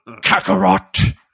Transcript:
kakarot